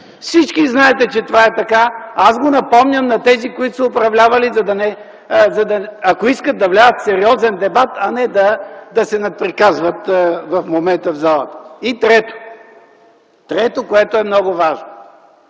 Всички знаете, че това е така. Аз го напомням на тези, които са управлявали, ако искат да влязат в сериозен дебат, а не да се надприказват в момента в залата. Трето, което е много важно.